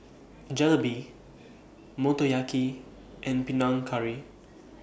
Jalebi Motoyaki and Panang Curry